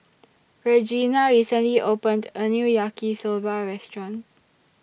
Regena recently opened A New Yaki Soba Restaurant